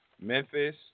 Memphis